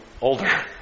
older